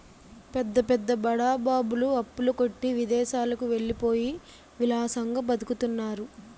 పెద్ద పెద్ద బడా బాబులు అప్పుల కొట్టి విదేశాలకు వెళ్ళిపోయి విలాసంగా బతుకుతున్నారు